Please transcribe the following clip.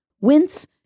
wince